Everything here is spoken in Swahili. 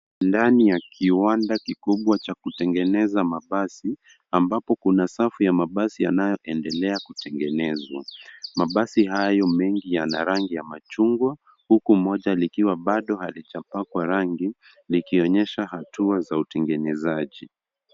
Ndani ya kiwanda kikubwa cha kutengeneza mabasi, ambapo kuna safu ya mabasi yanayoendelea kutengenezwa. Mabasi hayo mengi yana rangi ya machungwa huku moja likiwa bado halijapakwa rangi likionyesha hatua za utengenezaji.